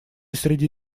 среди